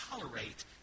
tolerate